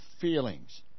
feelings